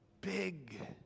big